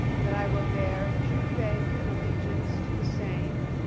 that i will bear true faith in allegiance to the same,